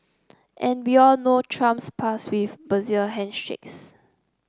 and we all know Trump's past with bizarre handshakes